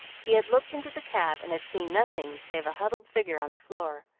he had looked into the cab and had seen nothing save a huddled figure on the floor.